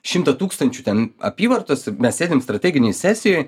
šimtą tūkstančių ten apyvartos mes sėdim strateginėj sesijoj